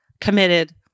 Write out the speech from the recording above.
committed